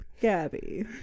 Gabby